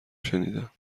شنیدم